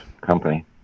company